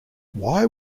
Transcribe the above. why